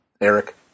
Eric